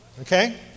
okay